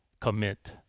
commit